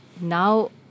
now